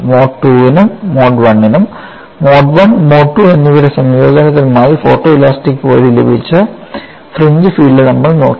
mode II നും mode I നും mode I mode II എന്നിവയുടെ സംയോജനത്തിനായി ഫോട്ടോഇലാസ്റ്റിറ്റി വഴി ലഭിച്ച ഫ്രിഞ്ച് ഫീൽഡ് നമ്മൾ നോക്കി